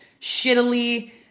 shittily